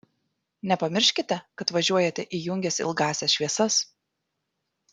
nepamirškite kad važiuojate įjungęs ilgąsias šviesas